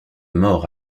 mort